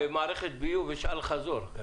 במערכת ביוב יש אל חזור.